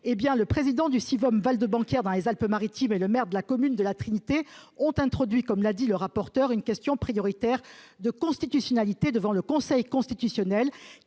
Le président du Sivom Val de Banquière, dans les Alpes-Maritimes, et le maire de la commune de La Trinité ont alors introduit une question prioritaire de constitutionnalité devant le Conseil constitutionnel,